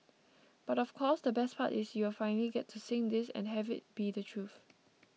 but of course the best part is you'll finally get to sing this and have it be the truth